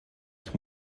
ich